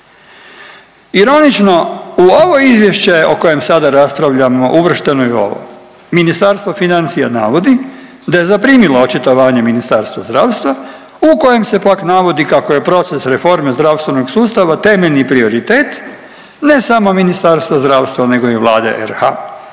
Ironično u ovo izvješće o kojem sada raspravljamo uvršteno je ovo Ministarstvo financija navodi da je zaprimilo očitovanje Ministarstva zdravstva u kojem se pak navodi kako je „proces reforme zdravstvenog sustava temeljni prioritet ne samo Ministarstva zdravstva nego i Vlade RH